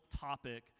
topic